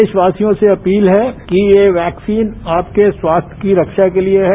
देशवासियों से अपील है कि ये वैक्सीन आपके स्वास्थ्य की ख्या के लिए है